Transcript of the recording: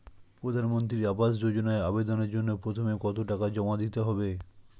প্রধানমন্ত্রী আবাস যোজনায় আবেদনের জন্য প্রথমে কত টাকা জমা দিতে হবে?